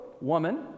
woman